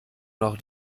noch